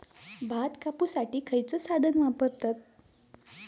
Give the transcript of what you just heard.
भात कापुसाठी खैयचो साधन वापरतत?